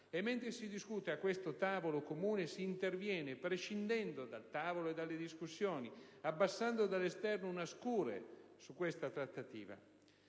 mentre si discute a questo tavolo comune, si interviene prescindendo da quel tavolo e da quelle discussioni, abbassando dall'esterno una scure su questa trattativa.